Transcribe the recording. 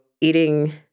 eating